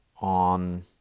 on